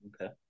Okay